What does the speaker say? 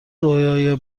رویای